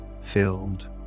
filled